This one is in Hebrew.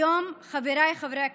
היום, חבריי חברי הכנסת,